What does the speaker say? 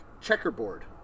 checkerboard